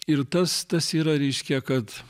ir tas tas yra reiškia kad